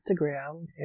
instagram